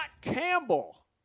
Campbell